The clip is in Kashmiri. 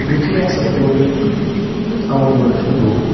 یُتھُے ہسا کووِڈ اوُٹ بٔرسٹ گوٚو